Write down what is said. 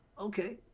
Okay